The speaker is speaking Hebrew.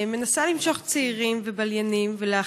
אני בסדר.